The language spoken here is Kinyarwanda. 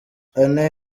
anne